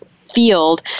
field